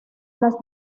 las